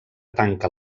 tanca